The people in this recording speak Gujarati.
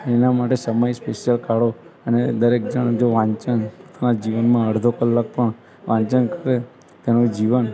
એના માટે સમય સ્પેશિયલ કાઢો અને દરેક જણ જો વાંચનમાં જીવનમાં અડધો કલાક પણ વાંચન કરે તો એનું જીવન